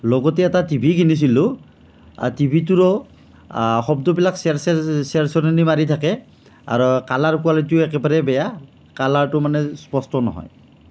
লগতে এটা টিভি কিনিছিলোঁ টিভিটোৰো শব্দবিলাক চেৰচেৰ চেৰচেৰনি মাৰি থাকে আৰু কালাৰ কোৱালিটিও একেবাৰে বেয়া কালাৰটো মানে স্পষ্ট নহয়